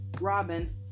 Robin